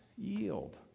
Yield